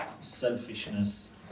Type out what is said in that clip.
selfishness